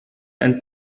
and